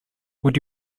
would